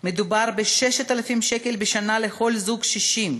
מדובר ב-6,000 שקלים בשנה לכל זוג קשישים.